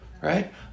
Right